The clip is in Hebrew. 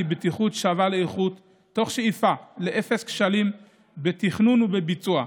בטיחות שווה לאיכות תוך שאיפה לאפס כשלים בתכנון ובביצוע.